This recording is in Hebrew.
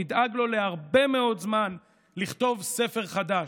נדאג לו להרבה מאוד זמן לכתוב ספר חדש: